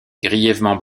grièvement